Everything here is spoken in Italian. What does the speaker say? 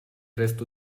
resto